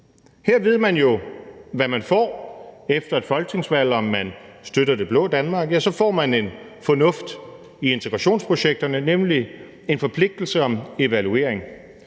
Her ved man jo, hvad man får efter et folketingsvalg, hvis man støtter det blå Danmark, for så får man en fornuft i integrationsprojekterne, nemlig en forpligtelse til evaluering.